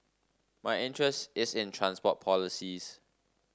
my interest is in transport policies